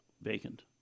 vacant